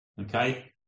okay